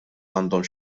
għandhom